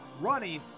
running